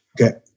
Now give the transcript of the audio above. Okay